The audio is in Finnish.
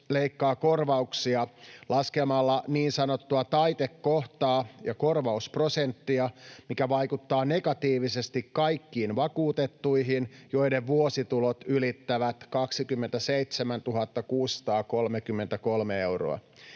leikkaa korvauksia laskemalla niin sanottua taitekohtaa ja korvausprosenttia, mikä vaikuttaa negatiivisesti kaikkiin vakuutettuihin, joiden vuositulot ylittävät 27 633 euroa.